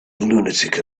lunatic